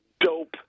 dope